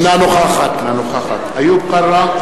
אינה נוכחת איוב קרא,